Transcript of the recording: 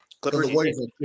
Clippers